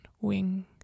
wing